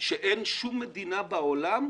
שאין שום מדינה בעולם,